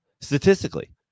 Statistically